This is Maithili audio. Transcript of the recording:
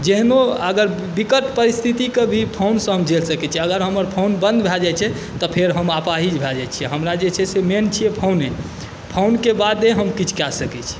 जेहनो अगर विकट परिस्थितिके भी फोनसँ हम झेल सकै छी अगर हमर फोन बन्द भऽ जाइ छै तऽ फेर हम अपाहिज भऽ जाइ छी हमरा जे छै मेन छिए फोने फोनके बादे हम किछु कऽ सकै छी